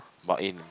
but in